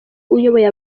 uyoboye